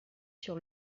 sur